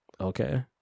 Okay